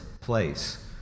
place